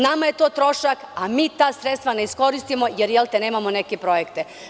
Nama je to trošak, a mi ta sredstva ne iskoristimo, jer nemamo neke projekte.